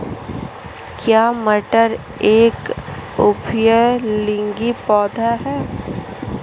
क्या मटर एक उभयलिंगी पौधा है?